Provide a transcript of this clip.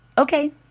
Okay